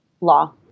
Law